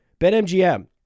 BetMGM